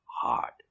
hard